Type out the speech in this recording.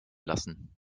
lassen